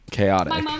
Chaotic